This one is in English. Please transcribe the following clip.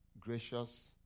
gracious